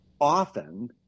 often